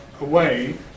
away